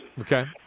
Okay